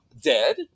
dead